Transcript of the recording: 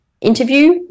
Interview